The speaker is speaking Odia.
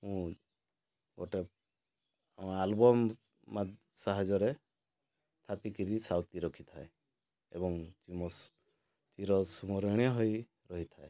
ମୁଁ ଗୋଟେ ଆଲବମ୍ ସାହାଯ୍ୟରେ ଥାପି କରି ସାଇତି ରଖିଥାଏ ଏବଂ ଚିରସ୍ମରଣୀୟ ହୋଇ ରହିଥାଏ